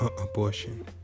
Abortion